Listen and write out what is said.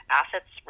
assets